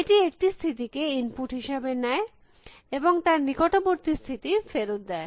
এটি একটি স্থিতিকে ইনপুট হিসাবে নেয় এবং তার নিকটবর্তী স্থিতি ফেরত দেয়